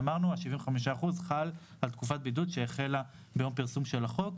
75% חלים על תקופת בידוד שהחלה מיום הפרסום של החוק,